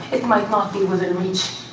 it might not be within reach.